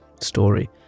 story